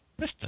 Mr